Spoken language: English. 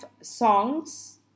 songs